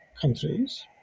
countries